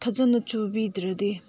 ꯐꯖꯅ ꯆꯨꯕꯤꯗ꯭ꯔꯗꯤ